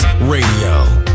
Radio